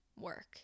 work